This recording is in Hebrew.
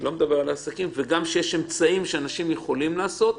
אני לא מדבר על העסקים וגם שיש אמצעים שאנשים יכולים לעשות.